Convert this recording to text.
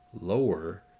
lower